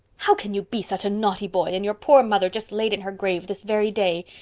how can you be such a naughty boy and your poor mother just laid in her grave this very day?